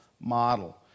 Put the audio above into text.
model